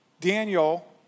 Daniel